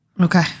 Okay